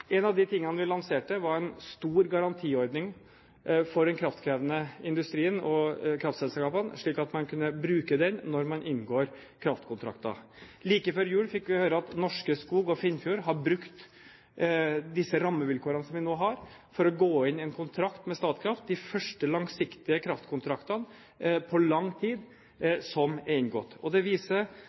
en stor garantiordning for den kraftkrevende industrien og kraftselskapene, slik at man kan bruke den når man inngår kraftkontrakter. Like før jul fikk vi høre at Norske Skog og Finnfjord har brukt de rammevilkårene vi nå har, til å inngå en kontrakt med Statkraft. Det er den første langsiktige kraftkontrakten som er inngått på lang tid. Det viser